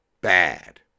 bad